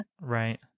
right